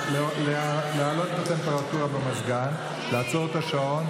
להעלות את הטמפרטורה במזגן, לעצור את השעון.